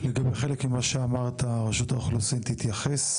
לגבי חלק ממה שאמרת, רשות האוכלוסין תתייחס.